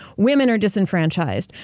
women are disenfranchised.